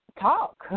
talk